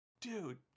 dude